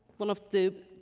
one of the,